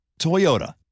Toyota